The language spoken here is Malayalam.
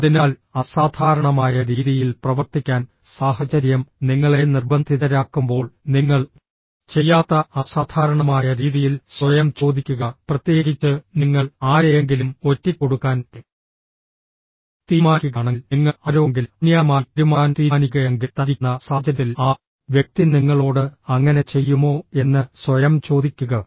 അതിനാൽ അസാധാരണമായ രീതിയിൽ പ്രവർത്തിക്കാൻ സാഹചര്യം നിങ്ങളെ നിർബന്ധിതരാക്കുമ്പോൾ നിങ്ങൾ ചെയ്യാത്ത അസാധാരണമായ രീതിയിൽ സ്വയം ചോദിക്കുക പ്രത്യേകിച്ച് നിങ്ങൾ ആരെയെങ്കിലും ഒറ്റിക്കൊടുക്കാൻ തീരുമാനിക്കുകയാണെങ്കിൽ നിങ്ങൾ ആരോടെങ്കിലും അന്യായമായി പെരുമാറാൻ തീരുമാനിക്കുകയാണെങ്കിൽ തന്നിരിക്കുന്ന സാഹചര്യത്തിൽ ആ വ്യക്തി നിങ്ങളോട് അങ്ങനെ ചെയ്യുമോ എന്ന് സ്വയം ചോദിക്കുക